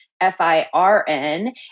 F-I-R-N